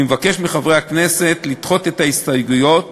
אני מבקש מחברי הכנסת לדחות את ההסתייגויות